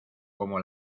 como